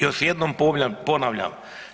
Još jednom ponavljam.